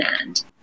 end